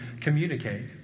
communicate